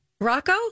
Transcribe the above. Rocco